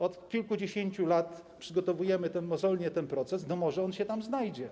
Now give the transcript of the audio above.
Od kilkudziesięciu lat przygotowujemy mozolnie ten proces, może on się tam znajdzie.